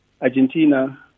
Argentina